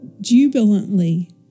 jubilantly